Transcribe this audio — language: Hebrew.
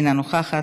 אינה נוכחת,